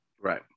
Right